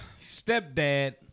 Stepdad